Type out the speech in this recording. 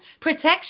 protection